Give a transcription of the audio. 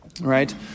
right